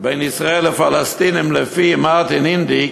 בין ישראל לפלסטינים לפי מרטין אינדיק,